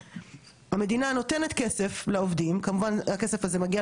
כמובן הכסף הזה מגיע למעסיקים ועושים את זה לטובת המעסיקים ולרווחתם,